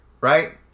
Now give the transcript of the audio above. Right